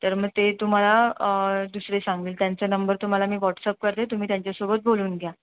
तर मग ते तुम्हाला दुसरे सांगील त्यांचा नंबर तुम्हाला मी वॉट्सअप करते तुम्ही त्यांच्यासोबत बोलून घ्या